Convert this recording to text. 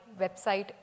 website